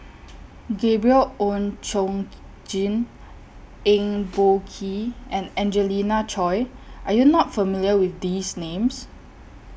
Gabriel Oon Chong Jin Eng Boh Kee and Angelina Choy Are YOU not familiar with These Names